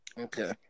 Okay